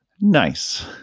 Nice